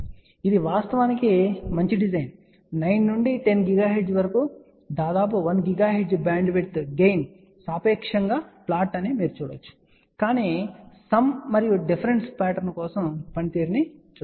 కాబట్టి ఇది వాస్తవానికి చాలా మంచి డిజైన్ 9 నుండి 10 GHz వరకు దాదాపు 1 GHz బ్యాండ్విడ్త్ గెయిన్ సాపేక్షంగా ఫ్లాట్ అని మీరు చూడవచ్చు కాని సమ్ మరియు డిఫరెన్స్ పాటర్న్ కోసం పనితీరును చూద్దాం